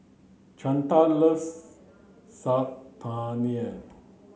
Chantal loves Saag Paneer